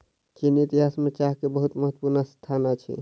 चीनी इतिहास में चाह के बहुत महत्वपूर्ण स्थान अछि